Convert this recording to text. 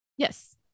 Yes